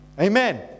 Amen